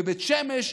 בבית שמש,